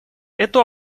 эту